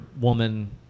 woman